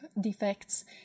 defects